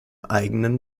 eigenen